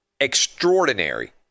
extraordinary